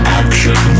action